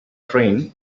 train